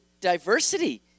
diversity